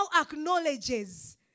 acknowledges